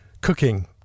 Cooking